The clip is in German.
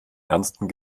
ernsten